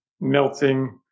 melting